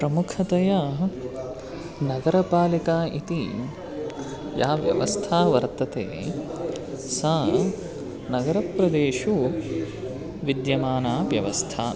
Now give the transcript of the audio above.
प्रमुखतया नगरपालिका इति या व्यवस्था वर्तते सा नगरप्रदेशेषु विद्यमाना व्यवस्था